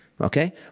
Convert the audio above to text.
Okay